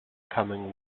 coming